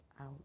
out